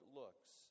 looks